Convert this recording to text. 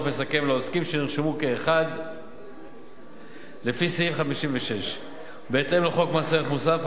מסכם לעוסקים שנרשמו כאחד לפי סעיף 56. בהתאם לחוק מס ערך מוסף,